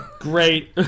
Great